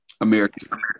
American